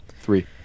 Three